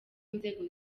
nzego